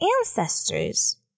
ancestors